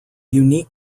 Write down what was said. unique